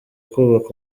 kubaka